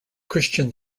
christian